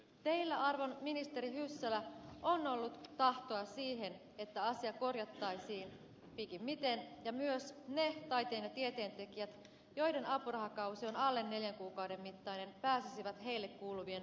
teillä arvon ministeri hyssälä on ollut tahtoa siihen että asia korjattaisiin pikimmiten ja myös ne taiteen ja tieteentekijät joiden apurahakausi on alle neljän kuukauden mittainen pääsisivät heille kuuluvien sosiaaliturvaetuuksien piiriin